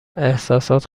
احساسات